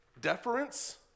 deference